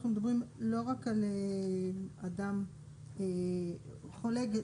רציתי לבדוק שאנחנו מדברים לא רק על אדם חולה בביתו,